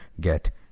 get